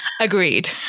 Agreed